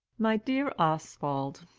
my dear oswald,